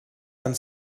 and